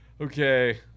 Okay